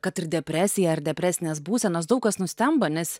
kad ir depresija ar depresinės būsenos daug kas nustemba nes